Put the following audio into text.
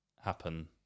happen